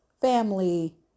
family